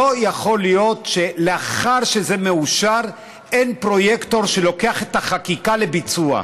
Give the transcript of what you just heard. לא יכול להיות שלאחר שזה מאושר אין פרויקטור שלוקח את החקיקה לביצוע.